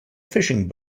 fishing